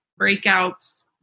breakouts